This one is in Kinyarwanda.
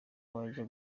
wajya